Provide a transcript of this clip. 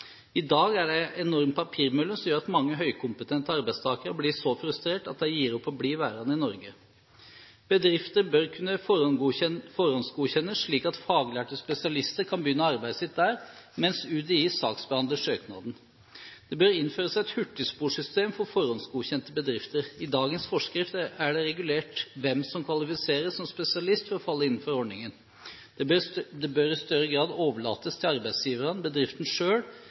I dag er det en enorm papirmølle, som gjør at mange høykompetente arbeidstakere blir så frustrert at de gir opp å bli værende i Norge. Bedrifter bør kunne forhåndsgodkjennes, slik at faglærte/spesialister kan begynne arbeidet sitt der mens UDI saksbehandler søknaden. Det bør innføres et hurtigsporsystem for forhåndsgodkjente bedrifter. I dagens forskrift er det regulert hvem som kvalifiseres som spesialist for å falle innenfor ordningen. Det bør i større grad overlates til